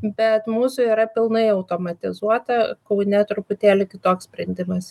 bet mūsų yra pilnai automatizuota kaune truputėlį kitoks sprendimas